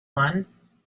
one